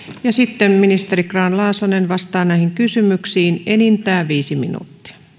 sitten ministeri grahn laasonen vastaa näihin kysymyksiin enintään viisi minuuttia